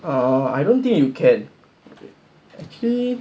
err I don't think you can actually